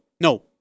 No